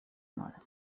mode